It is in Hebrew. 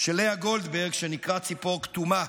של לאה גולדברג, שנקרא "ציפור כתומה".